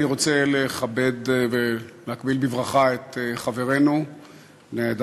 אני רוצה לכבד ולהקביל בברכה את פני חברינו מהעדה